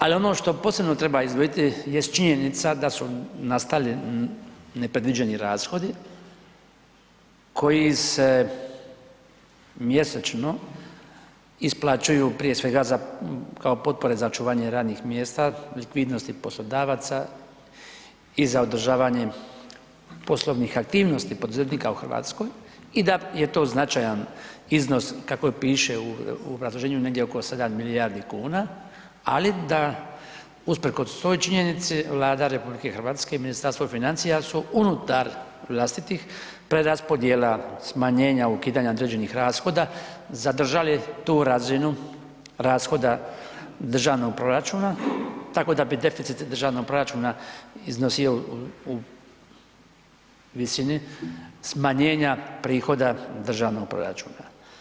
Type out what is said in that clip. Al ono što posebno treba izdvojiti jest činjenica da su nastali nepredviđeni rashodi koji se mjesečno isplaćuju prije svega za, kao potpore za očuvanje radnih mjesta, likvidnosti poslodavaca i za održavanje poslovnih aktivnosti poduzetnika u RH i da je to značajan iznos kako piše u obrazloženju negdje oko 7 milijardi kuna, ali da usprkos toj činjenici Vlada RH i Ministarstvo financija su unutar vlastitih preraspodjela smanjenja ukidanja određenih rashoda zadržali tu razinu rashoda državnog proračuna, tako da bi deficit državnog proračuna iznosio u visini smanjenja prihoda državnog proračuna.